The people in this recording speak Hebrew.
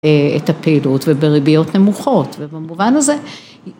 ‫את הפעילות ובריביות נמוכות, ‫ובמובן הזה...